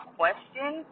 question